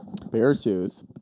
Beartooth